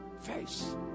face